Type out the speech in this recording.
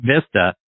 vista